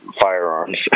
firearms